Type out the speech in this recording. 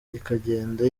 ikagenda